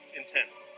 intense